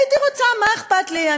הייתי רוצה, מה אכפת לי?